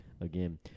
again